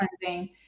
cleansing